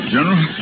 General